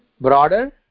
broader